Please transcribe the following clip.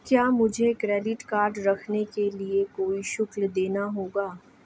क्या मुझे credit card रखने के लिए कोई शुल्क देना होगा?